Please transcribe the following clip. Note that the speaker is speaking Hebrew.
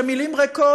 למילים ריקות,